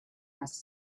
has